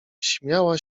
śmiała